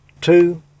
two